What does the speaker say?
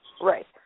Right